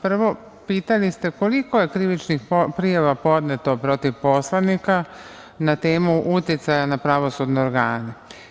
Prvo, pitali ste koliko je krivičnih prijava podneto protiv poslanika na temu uticaja na pravosudne organe.